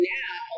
now